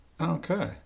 okay